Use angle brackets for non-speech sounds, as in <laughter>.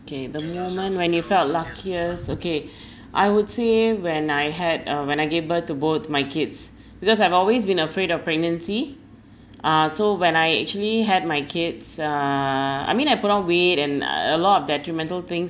okay the moment when you felt luckiest okay <breath> I would say when I had uh when I gave birth to both my kids because I've always been afraid of pregnancy ah so when I actually had my kids uh I mean I put on weight and uh a lot of detrimental things